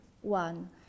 one